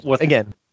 again